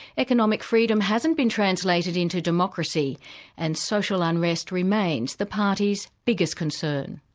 economic freedom hasn't been translated into democracy and social unrest remains the party's biggest concern.